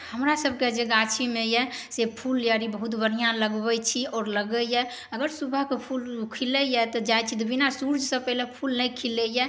हमरा सबके जे गाछीमे यऽ से फूल आर बहुत बढ़िऑं लगबै छी आओर लगैए अगर सुबहके फूल खिलैए तऽ जाइ छी तऽ बिना सूर्ज से पहले फूल नै खिलैए